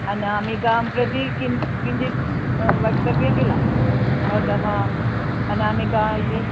अनामिकां प्रति किञ्च किञ्चित् वक्तव्यं किल भवतः अनामिका इति